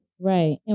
Right